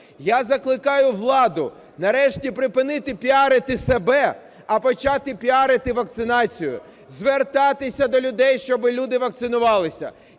Я закликаю владу нарешті припинити піарити себе, а почати піарити вакцинацію. Звертатися до людей, щоб люди вакцинувалися.